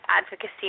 advocacy